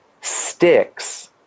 sticks